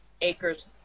acres